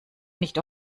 nicht